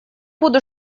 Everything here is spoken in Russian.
буду